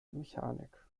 mechanik